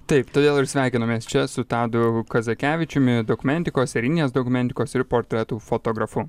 taip todėl ir sveikinamės čia su tadu kazakevičiumi dokumentikos serijinės dokumentikos ir portretų fotografu